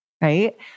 right